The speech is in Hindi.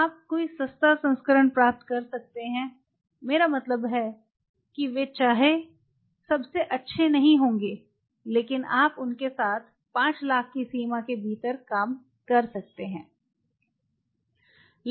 आप कोई सस्ता संस्करण प्राप्त कर सकते हैं मेरा मतलब है कि वे चाहे सबसे अच्छे नहीं होंगे लेकिन आप उनके साथ 5 लाख की सीमा के भीतर काम कर सकते हैं